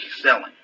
selling